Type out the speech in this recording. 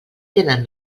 tenen